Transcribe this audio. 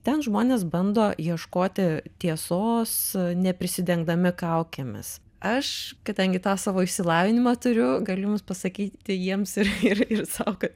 ten žmonės bando ieškoti tiesos neprisidengdami kaukėmis aš kadangi tą savo išsilavinimą turiu galiu jums pasakyti jiems ir ir ir sau kad